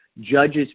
judges